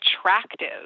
attractive